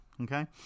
okay